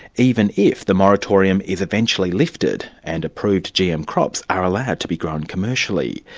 even if the moratorium is eventually lifted and approved gm crops are allowed to be grown commercially.